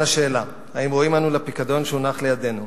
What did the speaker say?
השאלה: האם ראויים אנו לפיקדון שהונח בידינו?